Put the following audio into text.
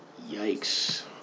Yikes